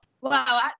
Wow